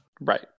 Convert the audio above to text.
Right